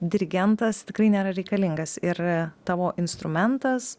dirigentas tikrai nėra reikalingas ir tavo instrumentas